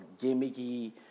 gimmicky